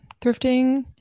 thrifting